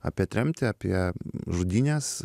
apie tremtį apie žudynes